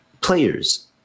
players